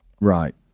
Right